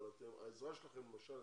אבל העזרה שלכם למשל,